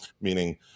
meaning